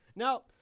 Now